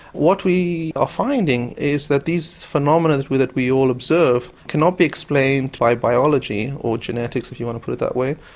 what we are finding is that these phenomena that we that we all observe cannot be explained by biology or genetics you want to put it that way,